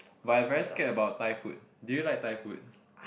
but I very scared about Thai food do you like Thai food